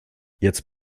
jetzt